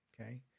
Okay